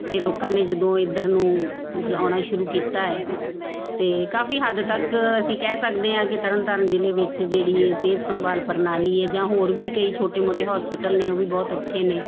ਅਤੇ ਲੋਕਾਂ ਨੇ ਜਦੋਂ ਇੱਧਰ ਨੂੰ ਮਤਲਬ ਆਉਣਾ ਸ਼ੁਰੂ ਕੀਤਾ ਹੈ ਤਾਂ ਕਾਫ਼ੀ ਹੱਦ ਤੱਕ ਅਸੀਂ ਕਹਿ ਸਕਦੇ ਹਾਂ ਕਿ ਤਰਨਤਾਰਨ ਜਿਲ੍ਹੇ ਵਿੱਚ ਜਿਹੜੀ ਇਹ ਸਿਹਤ ਸੰਭਾਲ ਪ੍ਰਣਾਲੀ ਹੈ ਜਾਂ ਹੋਰ ਵੀ ਕਈ ਛੋਟੇ ਮੋਟੇ ਹੋਸਪਿਟਲ ਨੇ ਉਹ ਵੀ ਬਹੁਤ ਅੱਛੇ ਨੇ